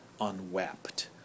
unwept